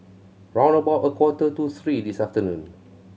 round about a quarter to three this afternoon